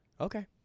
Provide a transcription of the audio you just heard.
Okay